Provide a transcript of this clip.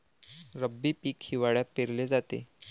रब्बी पीक हिवाळ्यात पेरले जाते